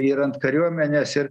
ir ant kariuomenės ir